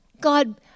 God